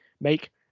make